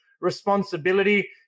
responsibility